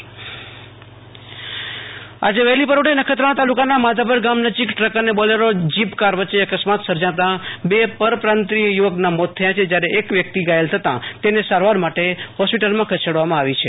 આશ્તોષ અંતાણી અકસ્માત આજે વહેલી પરોઢે નખત્રાણા તાલુકાના માધાપર ગામ નજીક ટક અને બોલરો જીપ કાર વચ્ચે અકસ્માત સર્જાતાં બે પરપ્રાંતિય યુવકના મોત થયા છે જયારે એક વ્યકિત ઘાયલ થતાં તેને સારવાર માટ હોસ્પિટલ ખસેડવામાં આવી છે